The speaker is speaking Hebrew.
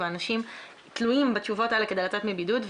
ואנשים תלויים בתשובות האלה כדי לצאת מבידוד.